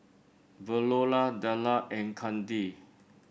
Veola Dellar and Kandi